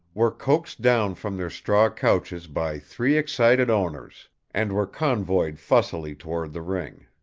were coaxed down from their straw couches by three excited owners and were convoyed fussily toward the ring.